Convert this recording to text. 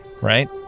right